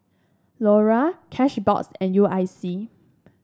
Lora Cashbox and U I C